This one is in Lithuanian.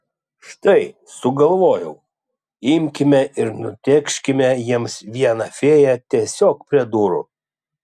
štai sugalvojau imkime ir nutėkškime jiems vieną fėją tiesiog prie durų